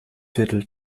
viertel